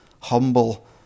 humble